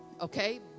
okay